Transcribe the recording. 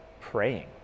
praying